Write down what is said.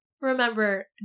Remember